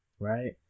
right